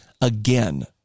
again